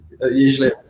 Usually